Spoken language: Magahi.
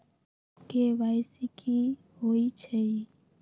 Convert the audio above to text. के.वाई.सी कि होई छई?